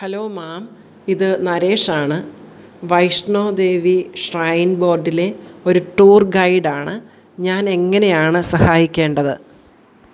hello ma'am ഇതു നരേഷാണ് Vaishno Devi shrine ബോർഡിലെ ഒരു ടൂർ ഗൈഡാണ് ഞാനെങ്ങനെയാണ് സഹായിക്കേണ്ടത്